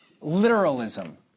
literalism